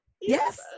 Yes